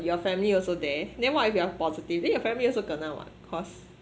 your family also there then what if you are positive then your family also kena [what] cause